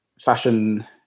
fashion